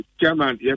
chairman